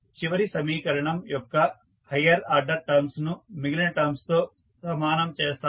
చివరి సమీకరణం యొక్క హయ్యర్ ఆర్డర్ టర్మ్స్ ను మిగిలిన టర్మ్స్ తో సమానం చేస్తాము